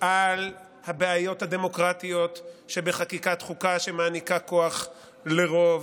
על הבעיות הדמוקרטיות שבחקיקת חוקה שמעניקה כוח לרוב,